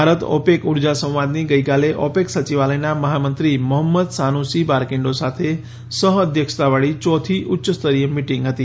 Bharat OPEC ઉર્જા સંવાદની ગઈકાલે ઓપેક સચિવાલયનાં મહામંત્રી મોહમંદ સાનુસી બારકીન્ડો સાથે સહ અધ્યક્ષતાંવાળી યોથી ઉચ્ય સ્તરીય મીટીંગ હતી